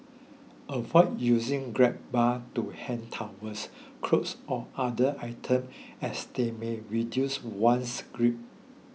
avoid using grab bar to hang towels clothes or other items as they may reduce one's grip